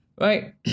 right